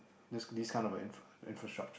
this this kind of infra infrastructure